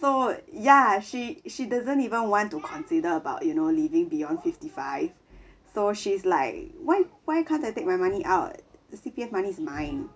so ya she she doesn't even want to consider about you know living beyond fifty five so she's like why why can't I take my money out the C_P_F money is mine